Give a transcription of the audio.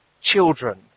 children